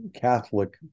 catholic